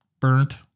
burnt